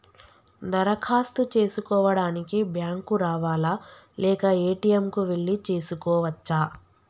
దరఖాస్తు చేసుకోవడానికి బ్యాంక్ కు రావాలా లేక ఏ.టి.ఎమ్ కు వెళ్లి చేసుకోవచ్చా?